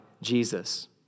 Jesus